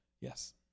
Yes